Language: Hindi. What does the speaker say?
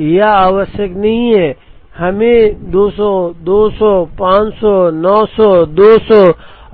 यह आवश्यक नहीं है कि हमें 200 200 500 900 200